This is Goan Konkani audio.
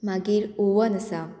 मागीर ओवन आसा